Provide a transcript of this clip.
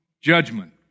judgment